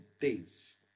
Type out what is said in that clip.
days